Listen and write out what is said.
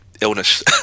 illness